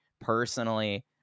personally